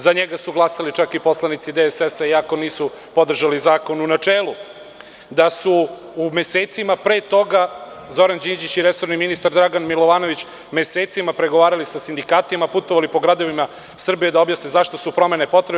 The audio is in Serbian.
Za njega su glasali čak i poslanici DSS, iako nisu podržali zakon u načelu, da su u mesecima pre toga Zoran Đinđić i resorni ministar Dragan Milovanović pregovarali sa sindikatima, putovali po gradovima Srbije da objasne zašto su promene potrebne.